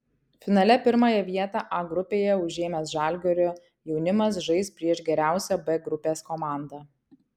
finale pirmąją vietą a grupėje užėmęs žalgirio jaunimas žais prieš geriausią b grupės komandą